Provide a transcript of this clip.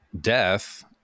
death